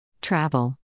travel